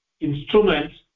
instruments